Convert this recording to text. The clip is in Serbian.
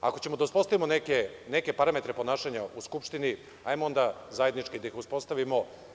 Ako ćemo da uspostavimo neke parametre ponašanja u Skupštini, hajde onda da ih zajednički uspostavimo.